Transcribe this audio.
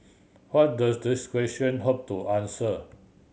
what does these question hope to answer